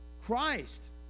Christ